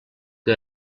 que